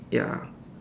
ya